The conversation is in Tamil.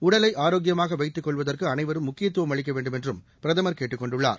உடலை ஆரோக்கியமாக வைத்துக் கொள்வதற்கு அளைவரும் முக்கியத்துவம் அளிக்க வேண்டுமென்றும் பிரதமர் கேட்டுக் கொண்டுள்ளார்